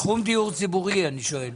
תחום דיור ציבורי אני שואל.